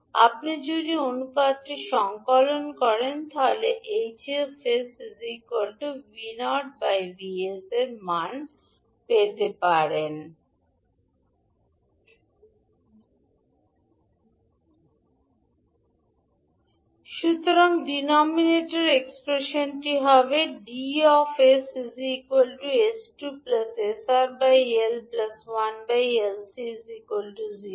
আপনি যদি অনুপাতটি সংকলন করেন সুতরাং ডিনোমিনেটর এক্সপ্রেশনটি হবে 𝐷 𝑠 𝑠2 𝑠𝑅 𝐿 1 𝐿𝐶 0